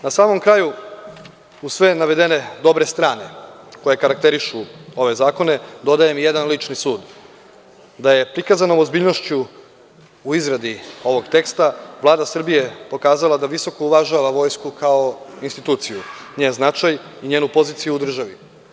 Na samom kraju, uz sve navedene dobre strane koje karakterišu ove zakone, dodajem i jedan lični sud da je prikazanom ozbiljnošću u izradi ovog teksta Vlada Srbije pokazala da visoko uvažava Vojsku kao instituciju, njen značaj i njenu poziciju u državi.